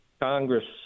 Congress